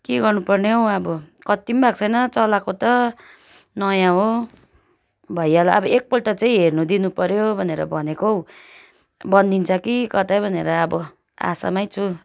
के गर्नु पर्ने हौ अब कति पनि भएको छैन चलाएको त नयाँ हो भैयालाई अब एकपल्ट चाहिँ हेर्नु दिनुपऱ्यो भनेर भनेको हौ बनिन्छ कि कतै भनेर अब आशामै छु